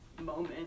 moment